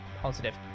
positive